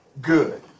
good